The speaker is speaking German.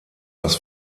das